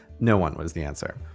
no one, was the answer.